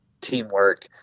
teamwork